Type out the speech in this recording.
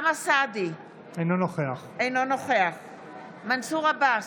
אינו נוכח מנסור עבאס,